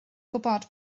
gwybod